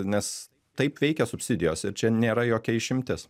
nes taip veikia subsidijos ir čia nėra jokia išimtis